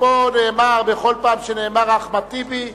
שבו בכל פעם שנאמר "אחמד טיבי",